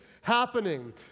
happening